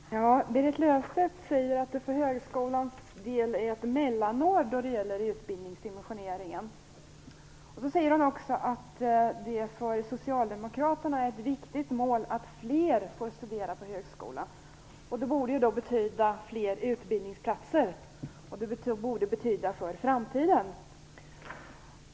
Herr talman! Berit Löfstedt säger att det för högskolans del är ett mellanår då det gäller utbildningsdimensioneringen. Hon säger också att det för Socialdemokraterna är ett viktigt mål att se till fler får studera på högskola. Det borde betyda fler utbildningsplatser i framtiden.